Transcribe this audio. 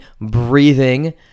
breathing